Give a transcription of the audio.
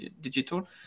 digital